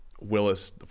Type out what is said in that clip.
Willis